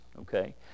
okay